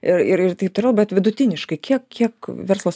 ir ir taip toliau bet vidutiniškai kiek kiek verslas